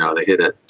ah they hit it,